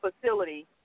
facility